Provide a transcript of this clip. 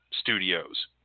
studios